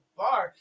bar